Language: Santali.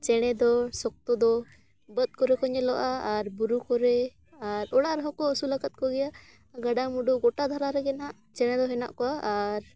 ᱪᱮᱬᱮ ᱫᱚ ᱥᱚᱠᱛᱚ ᱫᱚ ᱵᱟᱹᱫᱽ ᱠᱚᱨᱮ ᱠᱚ ᱧᱮᱞᱚᱜᱼᱟ ᱟᱨ ᱵᱩᱨᱩ ᱠᱚᱨᱮ ᱟᱨ ᱚᱲᱟᱜ ᱨᱮᱦᱚᱸ ᱠᱚ ᱟᱹᱥᱩᱞ ᱟᱠᱟᱫ ᱠᱚᱜᱮᱭᱟ ᱜᱟᱰᱟ ᱢᱩᱰᱩ ᱜᱚᱴᱟ ᱫᱷᱟᱨᱟ ᱨᱮᱜᱮ ᱦᱟᱸᱜ ᱪᱮᱬᱮ ᱫᱚ ᱦᱮᱱᱟᱜ ᱠᱚᱣᱟ ᱟᱨ